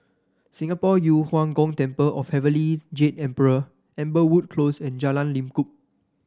Singapore Yu Huang Gong Temple of Heavenly Jade Emperor Amberwood Close and Jalan Lekub